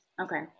Okay